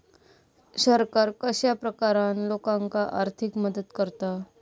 सरकार कश्या प्रकारान लोकांक आर्थिक मदत करता?